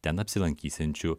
ten apsilankysiančių